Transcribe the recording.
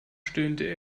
stöhnte